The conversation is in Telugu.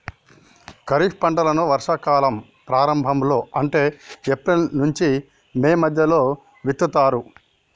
ఖరీఫ్ పంటలను వర్షా కాలం ప్రారంభం లో అంటే ఏప్రిల్ నుంచి మే మధ్యలో విత్తుతరు